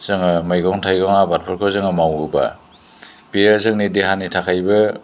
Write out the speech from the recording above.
जोङो मैगं थाइगं आबादफोरखौ जोङो मावोब्ला बेयो जोंनि देहानि थाखायबो